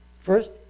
First